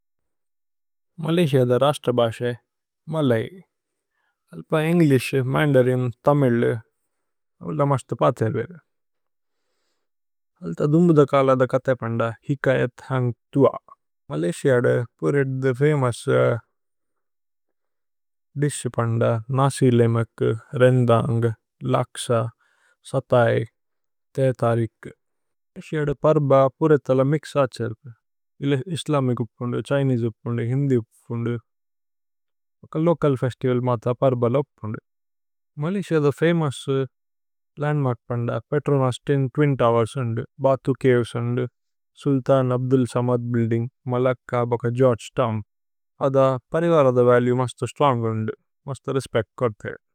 Malaysia's national language is Malay. A little English, Mandarin, Tamil. It's very easy to learn it's a long. Story Malaysia's most famous dishes. Are nasi lemak, rendang, laksa, satay. Teh tarik. Malaysia's food is very mixed. There's Islamic, Chinese, Hindi there's a. Local festival called Parbala Malaysia's. Most famous landmarks are Petronas twin. Towers Batu Caves Sultan Abdul Samad. Building, Malacca and Georgetown it family. Values are very strong they respect it a lot.